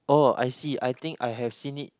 oh I see I think I have seen it